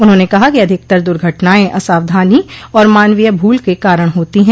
उन्होंने कहा कि अधिकतर दुर्घटनाएं असावधानी और मानवीय भूल के कारण होती हैं